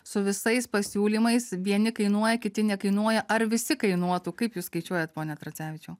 su visais pasiūlymais vieni kainuoja kiti nekainuoja ar visi kainuotų kaip jūs skaičiuojat pone tracevičiau